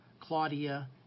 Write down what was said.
Claudia